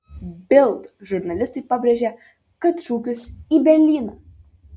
bild žurnalistai pabrėžė kad šūkius į berlyną